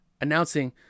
announcing